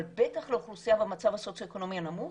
אבל בטח לאוכלוסייה במעמד הסוציו-אקונומי הנמוך